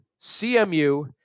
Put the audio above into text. CMU